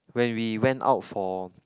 when we went out for